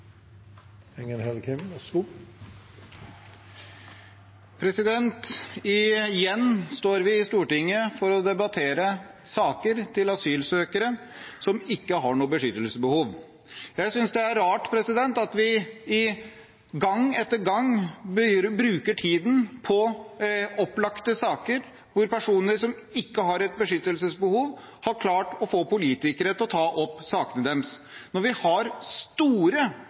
Igjen står vi i Stortinget for å debattere saker til asylsøkere som ikke har noe beskyttelsesbehov. Jeg synes det er rart at vi gang etter gang bruker tiden på opplagte saker der personer som ikke har et beskyttelsesbehov, har klart å få politikere til å ta opp sakene deres, når vi har store